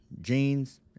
jeans